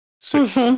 six